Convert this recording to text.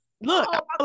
Look